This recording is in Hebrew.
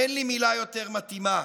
אין לי מילה יותר מתאימה.